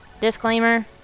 disclaimer